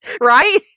Right